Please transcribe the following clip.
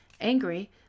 Angry